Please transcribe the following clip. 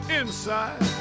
inside